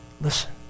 listen